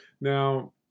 Now